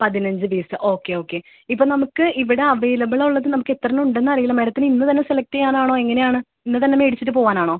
പതിനഞ്ച് piece okay okay ഇപ്പോൾ നമുക്ക് ഇവിടെ അവൈലബിളുള്ളത് നമുക്ക് എത്ര എണ്ണം ഉണ്ടെന്ന് അറിയില്ല മാഡത്തിന് ഇന്ന് തന്നെ സെലക്ട് ചെയ്യാനാണോ എങ്ങനെയാണ് ഇന്ന് തന്നെ മേടിച്ചിട്ട് പോകാനാണോ